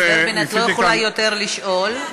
נחמיאס ורבין, את לא יכולה לשאול עוד.